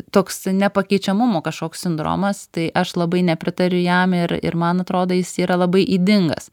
toks nepakeičiamumo kažkoks sindromas tai aš labai nepritariu jam ir ir man atrodo jis yra labai ydingas